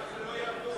תנ"ך זה לא יהדות.